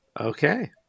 Okay